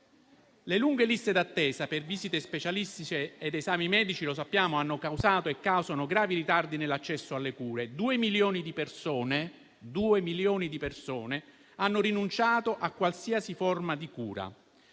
Le lunghe liste d'attesa per visite specialistiche ed esami medici - come sappiamo - hanno causato e causano gravi ritardi nell'accesso alle cure: due milioni di persone hanno rinunciato a qualsiasi forma di cura.